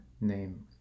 name